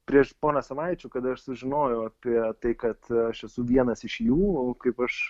prieš porą savaičių kada aš sužinojau apie tai kad aš esu vienas iš jų kaip aš